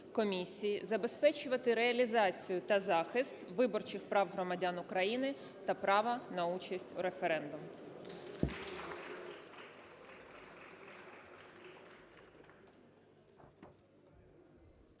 забезпечувати реалізацію і захист виборчих прав громадян та права на участь у референдумі.